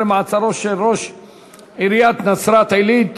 118: מעצרו של ראש-עיריית נצרת-עילית,